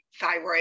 thyroid